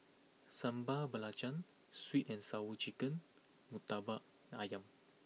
Sambal Belacan Sweet and Sour Chicken Murtabak Ayam